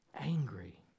angry